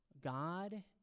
God